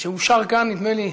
שהושר כאן, נדמה לי,